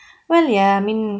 well ya I mean